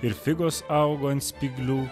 ir figos augo ant spyglių